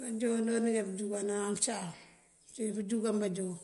Báanjoon adoonjá búunjunkanan uncáam uncí bëënjunkan báanjoon.